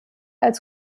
als